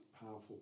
powerful